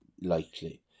likely